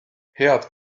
head